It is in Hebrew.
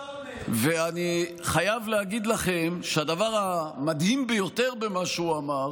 אני חייב להגיד לכם שהדבר המדהים ביותר במה שהוא אמר